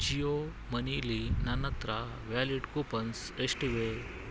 ಜಿಯೋ ಮನಿಲಿ ನನ್ನ ಹತ್ರ ವ್ಯಾಲಿಡ್ ಕೂಪನ್ಸ್ ಎಷ್ಟಿವೆ